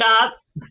dots